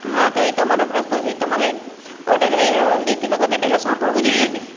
હા તો એ તમારો પ્રશ્ન છે તમારે ઓડર લેતી વખતે પહેલાં સાંભળવું જોઈએને